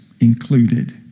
Included